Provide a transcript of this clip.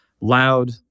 loud